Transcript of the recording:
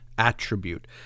attribute